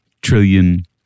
trillion